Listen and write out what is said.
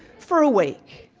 for a week?